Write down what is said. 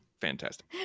fantastic